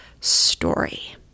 story